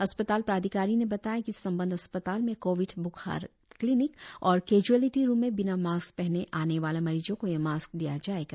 अस्पताल प्राधिकारी ने बताया कि संबद्ध अस्पताल में कोविड ब्खार क्लीनिक और केज्एलीटी रुम में बिना मास्क पहने आने वाले मरीजों को यह मास्क दिया जाएगा